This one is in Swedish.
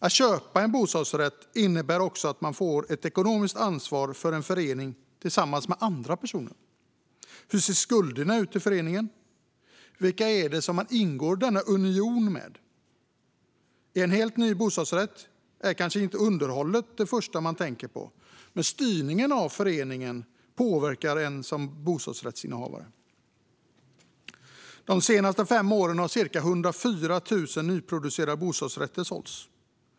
Att köpa en bostadsrätt innebär att man tillsammans med andra personer får ett ekonomiskt ansvar för en förening. Hur ser skulderna ut i föreningen? Vilka är de som man ingår den här unionen med? I en helt ny bostadsrätt är kanske underhållet inte det första man tänker på, men styrningen av föreningen påverkar bostadsrättsinnehavaren. De senaste fem åren har cirka 104 000 nyproducerade bostadsrätter sålts.